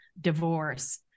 divorce